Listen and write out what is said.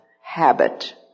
habit